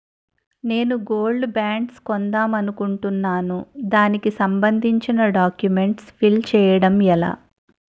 నేను gold bonds కొందాం అనుకుంటున్నా దానికి సంబందించిన డాక్యుమెంట్స్ ఫిల్ చేయడం ఎలా?